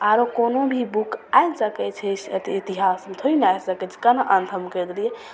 आओर कोनो भी बुक आबि सकै छै इतिहासमे थोड़े ने आबि सकै छै कोना अन्त हम करि देलिए